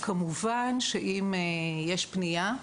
כמובן שאם יש פנייה,